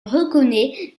reconnaît